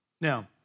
Now